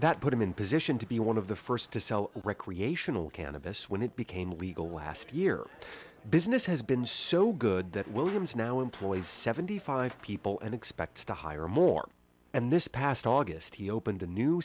that put him in position to be one of the first to sell recreational cannabis when it became legal last year business has been so good that williams now employs seventy five people and expects to hire more and this past august he opened a new